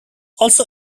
also